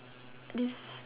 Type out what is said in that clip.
this